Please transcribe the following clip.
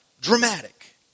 dramatic